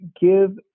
give